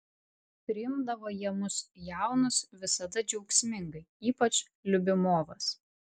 priimdavo jie mus jaunus visada džiaugsmingai ypač liubimovas